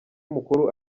mukuru